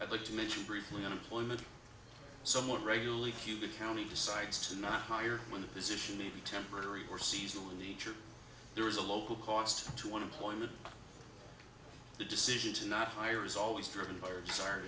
i'd like to mention briefly unemployment somewhat regularly cayuga county decides to not hire when the position may be temporary or seasonal in nature there is a local cost to unemployment the decision to not hire is always driven by our desire